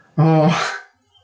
oh